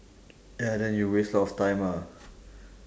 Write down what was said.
ya then you waste a lot of time ah